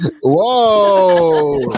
Whoa